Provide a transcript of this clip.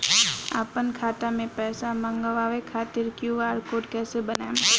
आपन खाता मे पैसा मँगबावे खातिर क्यू.आर कोड कैसे बनाएम?